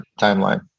timeline